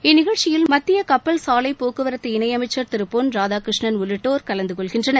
இந்நிகழ்ச்சியில் மத்திய கப்பல் சாலை போக்குவரத்து இணையமைச்சர் பொன் திரு ராதாகிருஷ்ணன் உள்ளிட்டோர் கலந்து கொள்கின்றனர்